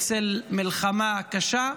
בצל המלחמה הקשה.